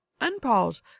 unpause